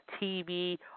TV